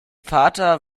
vater